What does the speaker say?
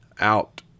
out